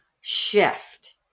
shift